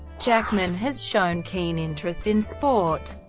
jackman has shown keen interest in sport.